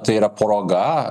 tai yra proga